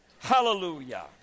Hallelujah